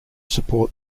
support